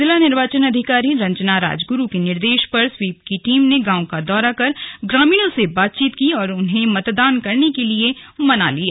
जिला निर्वाचन अधिकारी रंजना राजगुरु के निर्देश पर स्वीप की टीम ने गांव का दौरा कर ग्रामीणों से बातचीत की और मतदान करने के लिए मना लिया